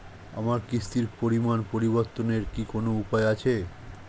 আমার কিস্তির পরিমাণ পরিবর্তনের কি কোনো উপায় আছে?